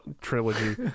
trilogy